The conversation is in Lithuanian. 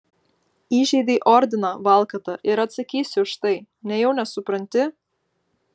įžeidei ordiną valkata ir atsakysi už tai nejau nesupranti